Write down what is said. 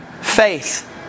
Faith